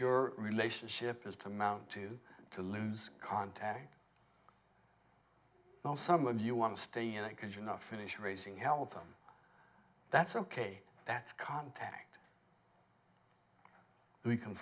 your relationship is to mount to to lose contact now some of you want to stay in it because you're not finished raising hell of them that's ok that's contact we can